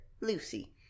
Lucy